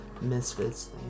misfits